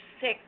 sick